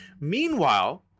Meanwhile